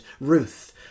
Ruth